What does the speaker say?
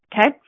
okay